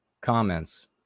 comments